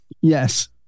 Yes